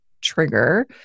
trigger